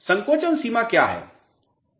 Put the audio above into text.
संकोचन सीमा क्या है